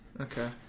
Okay